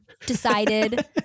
decided